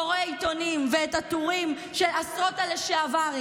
קורא עיתונים ואת הטורים של עשרות הלשעברים,